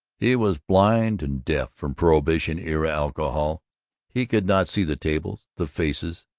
he was blind and deaf from prohibition-era alcohol he could not see the tables, the faces.